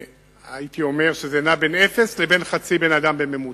הייתי אומר שזה נע בין אפס לבין חצי בן-אדם בממוצע.